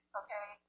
okay